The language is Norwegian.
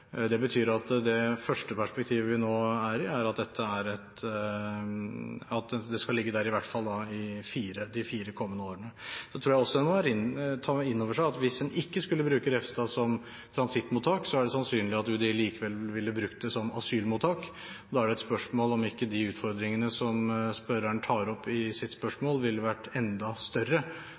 Det betyr at det første perspektivet vi nå har, er at det skal ligge der i hvert fall i de fire kommende årene. Så tror jeg en også må ta inn over seg at hvis en ikke skulle bruke Refstad som transittmottak, er det sannsynlig at UDI likevel ville brukt det som asylmottak. Da er det et spørsmål om ikke de utfordringene som spørreren tar opp i sitt spørsmål, ville vært enda større